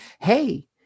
hey